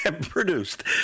produced